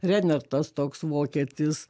rener tas toks vokietis